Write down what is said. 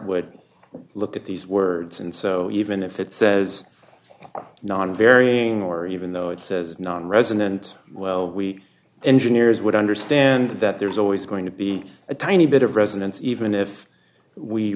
would look at these words and so even if it says well not varying or even though it says nonresident well we engineers would understand that there's always going to be a tiny bit of resonance even if we